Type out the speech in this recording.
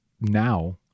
Now